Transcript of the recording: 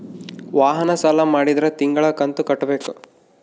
ವಾಹನ ಸಾಲ ಮಾಡಿದ್ರಾ ತಿಂಗಳ ಕಂತು ಕಟ್ಬೇಕು